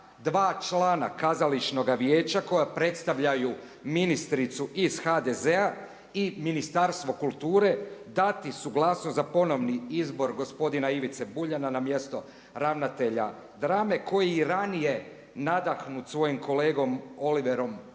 dva člana Kazališnoga vijeća koja predstavljaju ministricu iz HDZ-a i Ministarstvo kulture dati suglasnost za ponovni izbor gospodina Ivice Buljana na mjesto ravnatelja drame koji ranije nadahnut svojim kolegom Oliverom